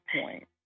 point